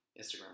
Instagram